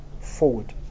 forward